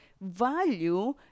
value